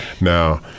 Now